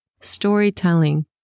storytelling